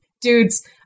dudes